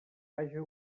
haja